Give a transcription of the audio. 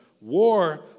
War